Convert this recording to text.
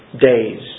days